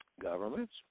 governments